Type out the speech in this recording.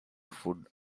food